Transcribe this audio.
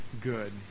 good